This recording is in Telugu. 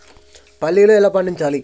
పల్లీలు ఎలా పండించాలి?